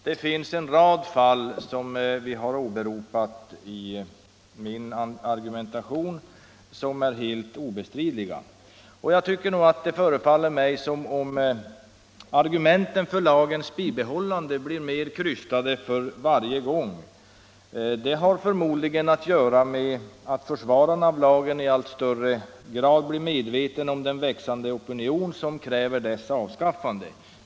Det finns en rad fall som har åberopats i min argumentation och som är helt obestridliga. Det förefaller mig som om argumenten för lagens bibehållande blir alltmer krystade ju mer de framförs. Det har förmodligen att göra med att försvararna av lagen i allt högre grad blir medvetna om att en växande opinion kräver dess avskaffande.